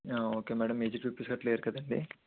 okay madam aged people అట్లా లేరు కదండి